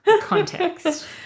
context